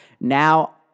Now